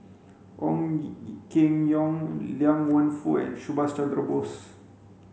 Ong Keng Yong Liang Wenfu and Subhas Chandra Bose